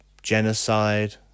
genocide